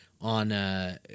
on